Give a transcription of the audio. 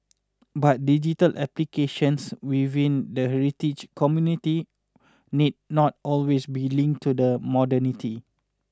but digital applications within the heritage community need not always be linked to the modernity